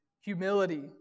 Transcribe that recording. humility